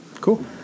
Cool